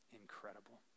incredible